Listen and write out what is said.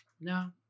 No